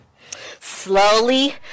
Slowly